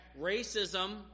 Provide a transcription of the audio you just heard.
racism